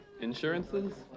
Insurances